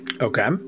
Okay